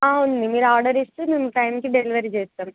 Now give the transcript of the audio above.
అ ఉంది మీరు ఆర్డర్ ఇస్తే మేము టైంకి డెలివరీ చేస్తాం